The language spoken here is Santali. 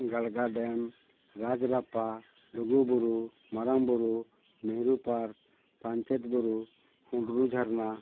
ᱜᱟᱲᱜᱟ ᱰᱮᱢ ᱨᱟᱡᱽᱨᱟᱯᱟ ᱰᱩᱜᱩ ᱵᱩᱨᱩ ᱢᱟᱨᱟᱝ ᱵᱩᱨᱩ ᱱᱮᱦᱨᱩ ᱯᱟᱨᱠ ᱯᱟᱧᱪᱮᱛ ᱵᱩᱨᱩ ᱦᱩᱱᱰᱨᱩ ᱡᱷᱟᱨᱱᱟ